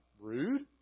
rude